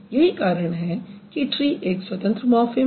यही कारण है कि ट्री एक स्वतंत्र मॉर्फ़िम है